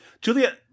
Julia